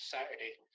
Saturday